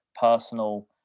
personal